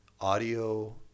audio